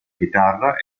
chitarra